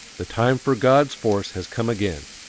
the time for god's force has come again.